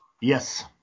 Yes